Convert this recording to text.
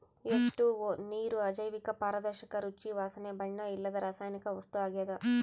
H two O ನೀರು ಅಜೈವಿಕ ಪಾರದರ್ಶಕ ರುಚಿ ವಾಸನೆ ಬಣ್ಣ ಇಲ್ಲದ ರಾಸಾಯನಿಕ ವಸ್ತು ಆಗ್ಯದ